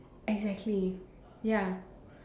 exactly ya